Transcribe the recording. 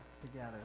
together